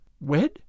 Wed